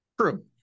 true